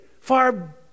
Far